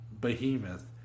behemoth